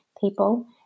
people